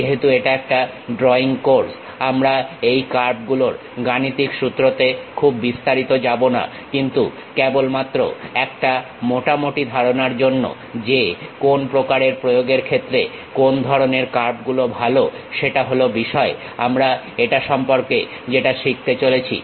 যেহেতু এটা একটা ড্রইং কোর্স আমরা এই কার্ভগুলোর গাণিতিক সূত্রতে খুব বিস্তারিত যাবো না কিন্তু কেবলমাত্র একটা মোটামুটি ধারণার জন্য যে কোন প্রকারের প্রয়োগের ক্ষেত্রে কোন ধরণের কার্ভগুলো ভালো সেটা হল বিষয় আমরা এটা সম্পর্কে যেটা শিখতে চলেছি